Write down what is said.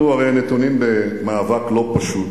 אנחנו הרי נתונים במאבק לא פשוט